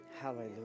Hallelujah